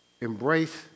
Embrace